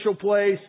place